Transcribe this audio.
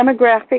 demographic